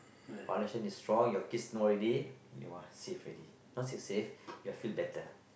connection is strong your kiss no ready you are safe ready not said safe you'll feel better